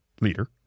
leader